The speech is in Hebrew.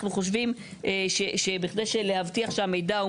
אנחנו חושבים שבכדי להבטיח שהמידע הוא